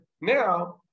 Now